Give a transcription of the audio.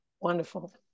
Wonderful